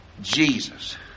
Jesus